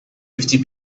fifty